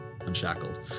unshackled